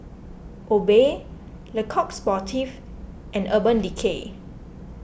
Obey Le Coq Sportif and Urban Decay